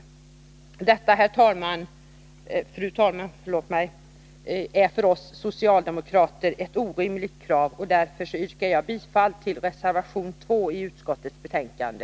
Detta är, fru talman, för oss socialdemokrater ett orimligt krav, och därför yrkar jag bifall till reservation 2 i utskottets betänkande.